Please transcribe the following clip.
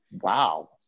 Wow